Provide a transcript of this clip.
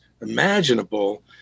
imaginable